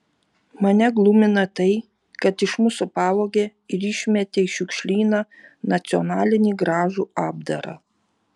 mane glumina tai kad iš mūsų pavogė ir išmetė į šiukšlyną nacionalinį gražų apdarą